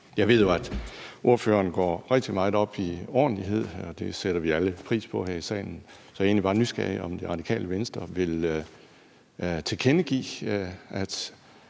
Jeg ved jo, at ordføreren går rigtig meget op i ordentlighed, og det sætter vi alle pris på her i salen. Så jeg er egentlig bare nysgerrig, i forhold til om Radikale Venstre vil tilkendegive, at